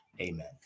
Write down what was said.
Amen